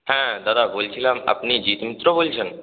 হ্যাঁ দাদা বলছিলাম আপনি জিৎ মিত্র বলছেন